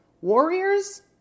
Warriors